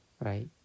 Right